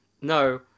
no